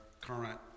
current